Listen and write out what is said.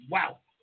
Wow